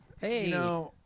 Hey